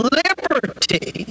liberty